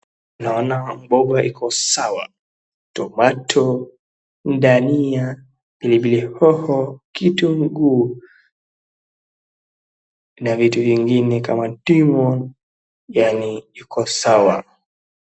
Naona mboga iko sawa, cs[tomato] cs, dania, pilipili hoho, kitunguu na vitu vingine kama ndimu, yani iko sawa.